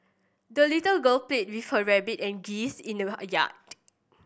the little girl played with her rabbit and geese in the yard